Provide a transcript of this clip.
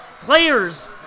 players